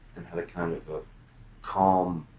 and had a kind of a calm,